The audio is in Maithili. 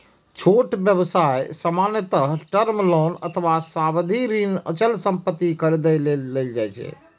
छोट व्यवसाय सामान्यतः टर्म लोन अथवा सावधि ऋण अचल संपत्ति खरीदै लेल लए छै